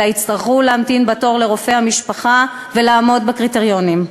אלא יצטרכו להמתין בתור לרופא המשפחה ולעמוד בקריטריונים.